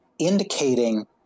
indicating